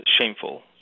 shameful